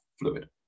fluid